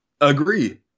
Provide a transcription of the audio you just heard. Agree